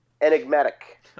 Enigmatic